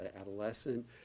adolescent